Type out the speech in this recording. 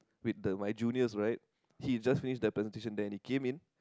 with the my juniors right he just finished that presentation there and he came in